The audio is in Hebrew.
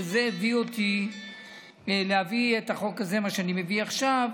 וזה הביא אותי להביא את החוק הזה שאני מביא עכשיו,